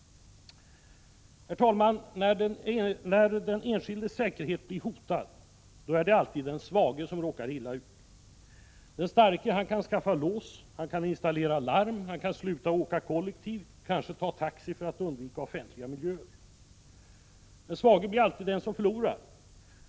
Herr talman! När den enskildes säkerhet blir hotad är det alltid den svage som råkar illa ut. Den starke kan skaffa lås, han kan installera larm och han kan sluta att åka kollektivt och kanske ta taxi för att undvika offentliga miljöer. Den svage blir alltid den som förlorar.